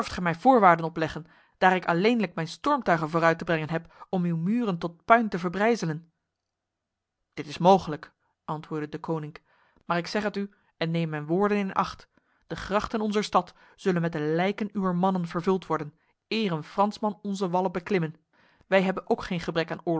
mij voorwaarden opleggen daar ik alleenlijk mijn stormtuigen vooruit te brengen heb om uw muren tot puin te verbrijzelen dit is mogelijk antwoordde deconinck maar ik zeg het u en neem mijn woorden in acht de grachten onzer stad zullen met de lijken uwer mannen vervuld worden eer een fransman onze wallen beklimme wij hebben ook geen gebrek aan